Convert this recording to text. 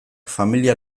familia